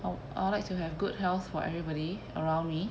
I would I would like to have good health for everybody around me